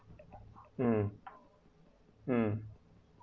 um um